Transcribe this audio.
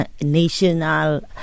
national